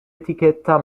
etichetta